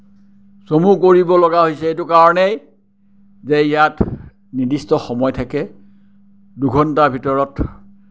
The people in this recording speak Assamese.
চমু কৰিবলগা হৈছে এইটো কাৰণেই যে ইয়াত নিৰ্দিষ্ট সময় থাকে দুঘণ্টা ভিতৰত